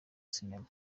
sinema